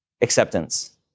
acceptance